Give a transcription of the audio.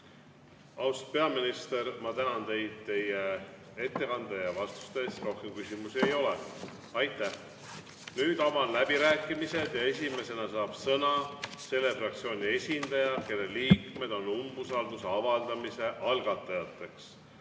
Austatud peaminister! Ma tänan teid teie ettekande ja vastuste eest! Rohkem küsimusi ei ole. Aitäh! Nüüd avan läbirääkimised ja esimesena saab sõna selle fraktsiooni esindaja, kelle liikmed on umbusalduse avaldamise algatajateks.